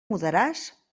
mudaràs